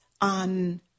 on